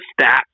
stats